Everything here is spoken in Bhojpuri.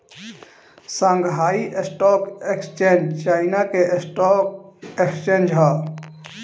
शांगहाई स्टॉक एक्सचेंज चाइना के स्टॉक एक्सचेंज ह